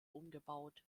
umgebaut